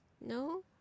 No